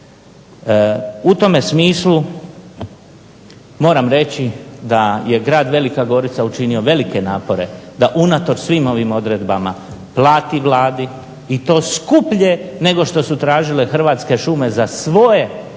U tome smislu moram reći da je grad Velika Gorica učinio velike napore da unatoč svim ovim odredbama plati Vladi i to skuplje nego što su tražile Hrvatske šume za svoje parcele na